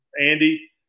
andy